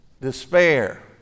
despair